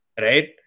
Right